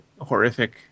horrific